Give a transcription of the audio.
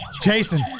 Jason